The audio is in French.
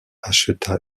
acheta